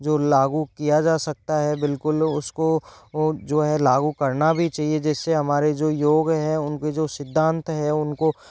जो लागू किया जा सकता है बिल्कुल उसको वह जो है लागू करना भी चाहिए जिससे हमारे जो योग हैं उनके जो सिद्धांत है उनको